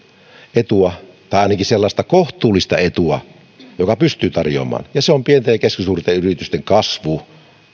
etua tai ainakin sellaista kohtuullista etua joka pystyy tarjoamaan ja se on pienten ja keskisuurten yritysten kasvu